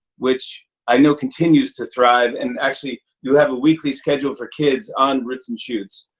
which i know continues to thrive. and actually, you have a weekly schedule for kids on roots and shoots,